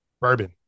Bourbon